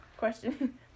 Question